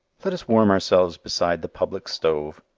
let us warm ourselves beside the public stove.